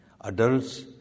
Adults